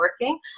working